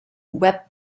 web